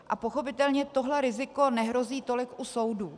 A pochopitelně tohle riziko nehrozí tolik u soudů.